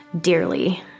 dearly